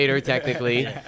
technically